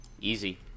easy